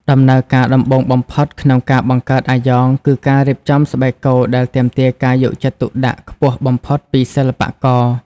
ដំណើរការដំបូងបំផុតក្នុងការបង្កើតអាយ៉ងគឺការរៀបចំស្បែកគោដែលទាមទារការយកចិត្តទុកដាក់ខ្ពស់បំផុតពីសិល្បករ។